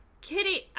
Kitty